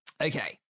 okay